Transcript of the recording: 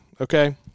Okay